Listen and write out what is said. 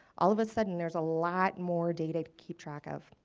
all of a sudden there's a lot more data to keep track of.